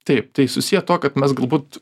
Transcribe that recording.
taip tai susiję tuo kad mes galbūt